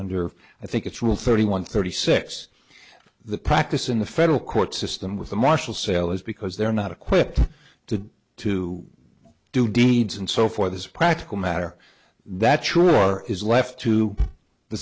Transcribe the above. under i think it's rule thirty one thirty six the practice in the federal court system with the marshall sale is because they're not equipped to to do deeds and so for this practical matter that sure is left to the